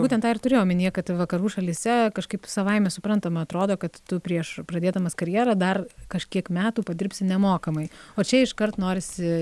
būtent tą ir turiu omenyje kad vakarų šalyse kažkaip savaime suprantama atrodo kad tu prieš pradėdamas karjerą dar kažkiek metų padirbsi nemokamai o čia iškart norisi